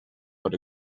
but